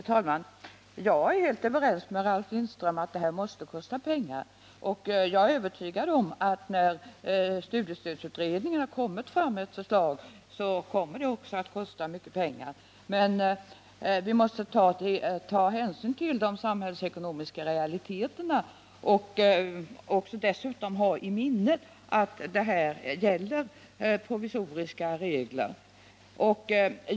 Herr talman! Jag är helt överens med Ralf Lindström om att detta måste kosta pengar, och jag är övertygad om att när studiestödsutredningen har lagt fram ett förslag så kommer det också att visa sig att det kostar mycket pengar. Men vi måste ta hänsyn till de samhällsekonomiska realiteterna och dessutom ha i minnet att det här gäller provisoriska regler.